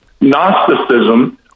Gnosticism